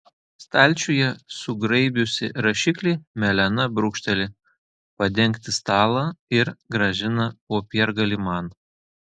stalčiuje sugraibiusi rašiklį melena brūkšteli padengti stalą ir grąžina popiergalį man